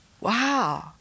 Wow